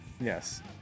Yes